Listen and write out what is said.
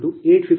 77762